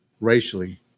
racially